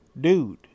dude